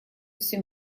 все